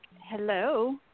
hello